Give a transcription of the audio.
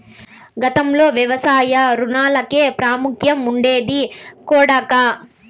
గతంలో వ్యవసాయ రుణాలకే ప్రాముఖ్యం ఉండేది కొడకా